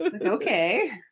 Okay